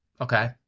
Okay